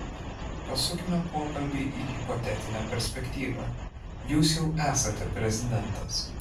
pasukime pokalbį į hipotetinę perspektyvą jūs jau esate prezidentas